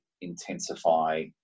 intensify